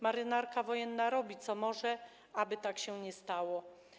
Marynarka Wojenna robi co może, aby tak się nie stało.